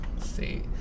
See